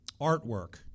Artwork